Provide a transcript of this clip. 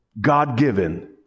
God-given